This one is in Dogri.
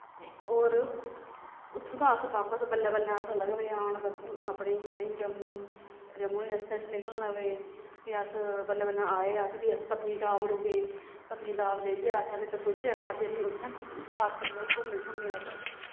ते होर उत्थूं दा अस बापस अस बल्लें बल्लें लगी पे आन अपने ताईं जम्मू गी जम्मू आह्ले रस्तै च निकलन लगी पे फ्ही अस बल्लें बल्लें आए अस फ्ही अस पत्नीटॉप रुके पत्नीटॉप जाइयै असें फ्ही कुल्चे खाद्धे फ्ही उत्थें पार्कै च थ्होड़े घूमे शूमे अस